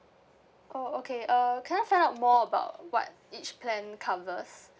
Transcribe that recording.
oh okay uh can I find out more about what each plan covers